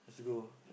let's go